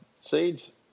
seeds